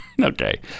Okay